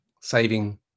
saving